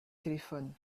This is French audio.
téléphone